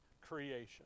creation